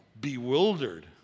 bewildered